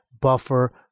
buffer